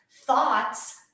thoughts